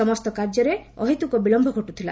ସମସ୍ତ କାର୍ଯ୍ୟରେ ଅହେତୁକ ବିଳମ୍ବ ଘଟୁଥିଲା